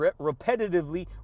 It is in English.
repetitively